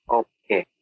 okay